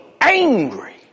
angry